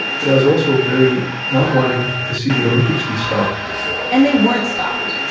but i was also very not wanting to see the olympics be stopped and they weren't stopped.